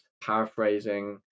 paraphrasing